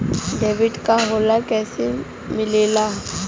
Debit card का होला कैसे मिलेला?